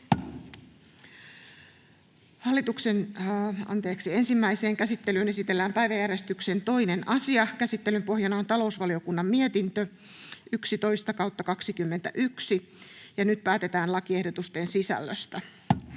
Ensimmäiseen käsittelyyn esitellään päiväjärjestyksen 2. asia. Käsittelyn pohjana on talousvaliokunnan mietintö TaVM 11/2021 vp. Nyt päätetään lakiehdotuksen sisällöstä.